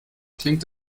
klingt